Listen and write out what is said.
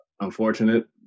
unfortunate